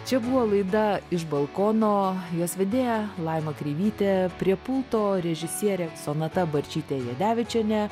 čia buvo laida iš balkono jos vedėja laima kreivytė prie pulto režisierė sonata barčytė jadevičienė